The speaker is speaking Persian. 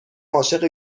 عاشق